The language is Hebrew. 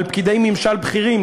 על פקידי ממשל בכירים.